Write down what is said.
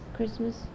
Christmas